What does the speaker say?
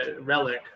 relic